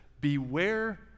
beware